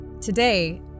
Today